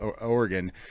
Oregon